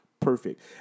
perfect